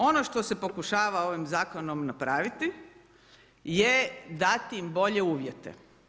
Ono što se pokušava ovim zakonom napraviti je dati im bolje uvjete.